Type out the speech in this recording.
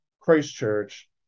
Christchurch